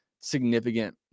significant